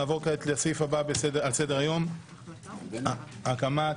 2. הקמת